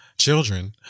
children